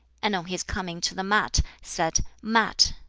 and on his coming to the mat, said mat.